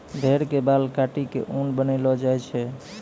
भेड़ के बाल काटी क ऊन बनैलो जाय छै